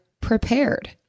prepared